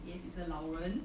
yes is a 老人